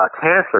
cancer